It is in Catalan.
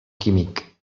químic